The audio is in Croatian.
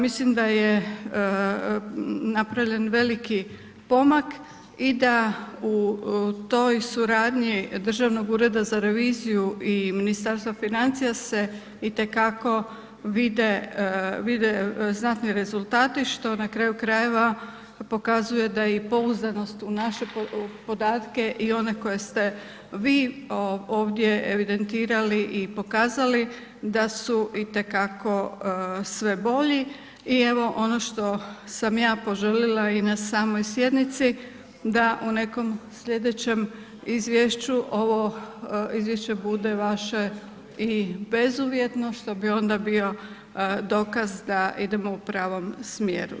Mislim da je napravljen veliki pomak i da u toj suradnji državnog ureda za reviziju i Ministarstva financija se itekako vide, vide znatni rezultati što na kraju krajeva pokazuje da je i pouzdanost u naše podatke i one koje ste vi ovdje evidentirali i pokazali, da su itekako sve bolji i evo ono što sam ja poželila i na samoj sjednici da u nekom slijedećem izvješću, ovo izvješće bude vaše i bezuvjetno, što bi onda bio dokaz da idemo u pravom smjeru.